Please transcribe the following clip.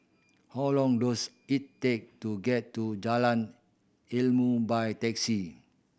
how long does it take to get to Jalan Ilmu by taxi